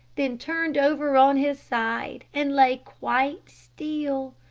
then turned over on his side and lay quite still.